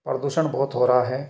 प्रदूषण बहुत हो रहा है